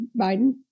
Biden